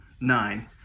nine